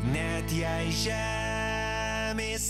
net jei žemės